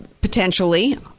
potentially